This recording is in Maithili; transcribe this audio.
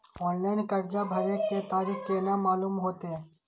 ऑनलाइन कर्जा भरे के तारीख केना मालूम होते?